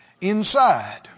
inside